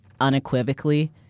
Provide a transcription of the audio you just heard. unequivocally